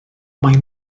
mae